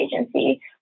agency